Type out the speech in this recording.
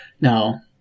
Now